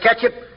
ketchup